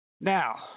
Now